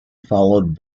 followed